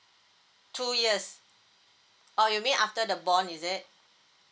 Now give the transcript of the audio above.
two years or you mean after the bond is it